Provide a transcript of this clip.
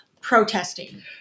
protesting